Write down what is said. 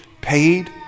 paid